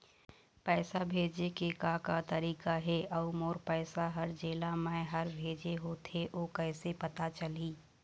पैसा भेजे के का का तरीका हे अऊ मोर पैसा हर जेला मैं हर भेजे होथे ओ कैसे पता चलही?